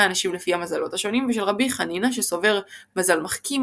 האנשים לפי המזלות השונים ושל רבי חנינא שסובר "מזל מחכים,